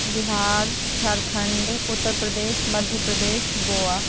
Bihar Jharkhand Uttar Pradesh Madhya Pradesh Goa